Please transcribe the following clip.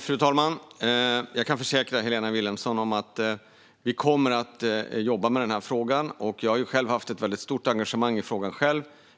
Fru talman! Jag kan försäkra Helena Vilhelmsson om att vi kommer att jobba med frågan. Jag har själv haft ett stort engagemang i frågan.